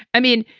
i mean,